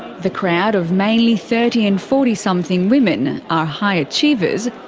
the crowd of mainly thirty and forty something women are high achievers,